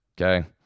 okay